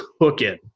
cooking